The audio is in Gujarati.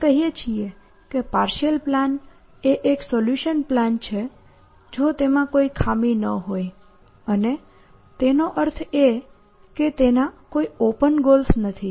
આપણે કહીએ છીએ કે પાર્શિઅલ પ્લાન એ એક સોલ્યુશન પ્લાન છે જો તેમાં કોઈ ખામી ન હોય અને તેનો અર્થ એ કે તેના કોઈ ઓપન ગોલ્સ નથી